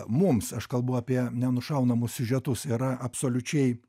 mums aš kalbu apie nenušaunamus siužetus yra absoliučiai